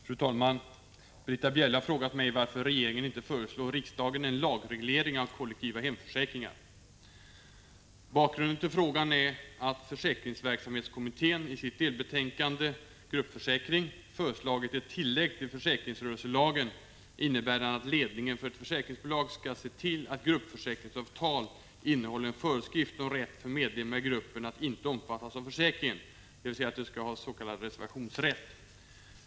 Fru talman! Britta Bjelle har frågat mig varför regeringen inte föreslår riksdagen en lagreglering av kollektiva hemförsäkringar. Bakgrunden till frågan är att försäkringsverksamhetskommittén i sitt delbetänkande Gruppförsäkring föreslagit ett tillägg till försäkringsrörelselagen, innebärande att ledningen för ett försäkringsbolag skall se till att gruppförsäkringsavtal innehåller en föreskrift om rätt för medlemmar i gruppen att inte omfattas av försäkringen, dvs. att de skall ha s.k. reservationsrätt.